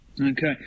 Okay